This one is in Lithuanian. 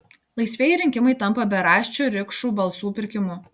laisvieji rinkimai tampa beraščių rikšų balsų pirkimu